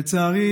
לצערי,